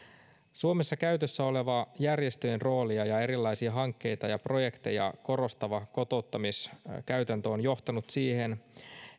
suomessa käytössä oleva järjestöjen roolia ja erilaisia hankkeita ja projekteja korostava kotouttamiskäytäntö on johtanut siihen